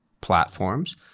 platforms